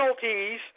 penalties